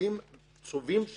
אנשים טובים,